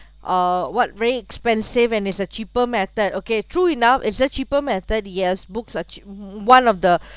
uh what very expensive and it's a cheaper method okay true enough is the cheaper method yes books are che~ one of the